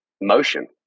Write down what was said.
motion